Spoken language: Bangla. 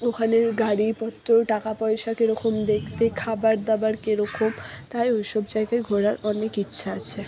ওখানের গাড়ি পত্র টাকা পয়সা কীরকম দেখতে খাবার দাবার কীরকম তাই ওই সব জায়গায় ঘোরার অনেক ইচ্ছা আছে